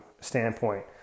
standpoint